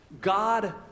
God